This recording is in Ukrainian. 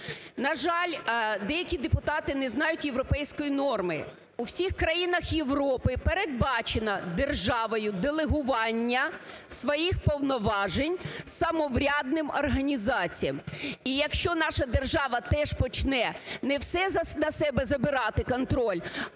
На жаль, деякі депутати не знають європейської норми. У всіх країнах Європи передбачено державою делегування своїх повноважень самоврядним організаціям. І якщо наша держава теж почне не все на себе забирати, контроль,